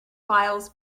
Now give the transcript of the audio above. files